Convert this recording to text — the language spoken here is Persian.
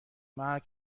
مرگ